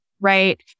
Right